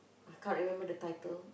I can't remember the title